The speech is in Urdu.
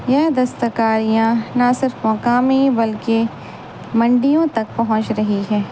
یہ دستکاریاں نا صرف مقامی بلکہ منڈیوں تک پہنچ رہی ہے